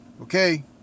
okay